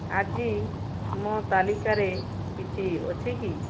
ଆଜି ମୋ ତାଲିକାରେ କିଛି ଅଛି କି